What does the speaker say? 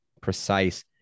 precise